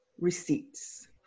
receipts